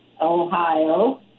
Ohio